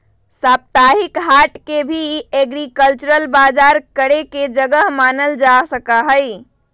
साप्ताहिक हाट के भी एग्रीकल्चरल बजार करे के जगह मानल जा सका हई